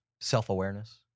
self-awareness